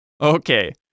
Okay